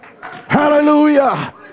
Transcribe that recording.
Hallelujah